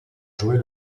jouer